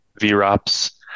VROPs